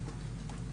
תשובה.